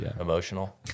emotional